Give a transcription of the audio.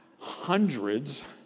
Hundreds